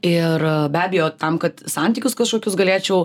ir be abejo tam kad santykius kažkokius galėčiau